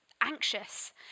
anxious